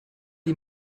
die